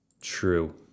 true